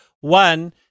one